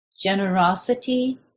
generosity